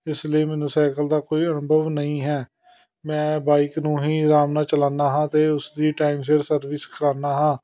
ਇਸ ਲਈ ਮੈਨੂੰ ਸਾਈਕਲ ਦਾ ਕੋਈ ਅਨੁਭਵ ਨਹੀਂ ਹੈ ਮੈਂ ਬਾਈਕ ਨੂੰ ਹੀ ਆਰਾਮ ਨਾਲ ਚਲਾਉਂਦਾ ਹਾਂ ਅਤੇ ਉਸ ਦੀ ਟਾਈਮ ਸਿਰ ਸਰਵਿਸ ਕਰਵਾਉਂਦਾ ਹਾਂ